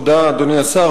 אדוני השר,